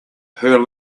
her